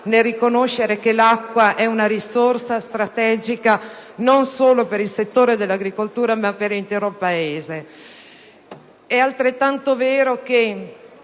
nel riconoscere che l'acqua è una risorsa strategica non solo per il settore dell'agricoltura ma per l'intero Paese. È altrettanto vero che